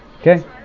Okay